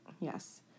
Yes